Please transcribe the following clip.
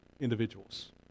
individuals